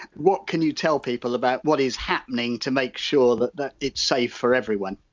what can you tell people about what is happening to make sure that that it's safe for everyone?